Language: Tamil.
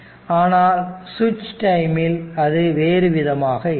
ஆனால் சுவிட்சிங் டைமில் அது வேறு விதமாக இருக்கும்